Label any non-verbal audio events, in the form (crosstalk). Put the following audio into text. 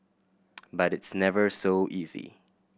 (noise) but it's never so easy